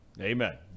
Amen